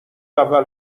اول